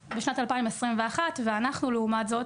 ט' בסיוון התשפ"ג,